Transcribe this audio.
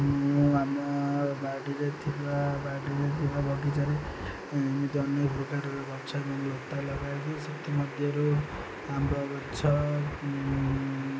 ମୁଁ ଆମ ବାଡ଼ିରେ ଥିବା ବାଡ଼ିରେ କିବା ବଗିଚାରେ ଏମିତି ଅନେକ ପ୍ରକାରର ଗଛ ଲତା ଲଗାଇଛି ସେଥିମଧ୍ୟରୁ ଆମ୍ବ ଗଛ